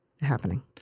happening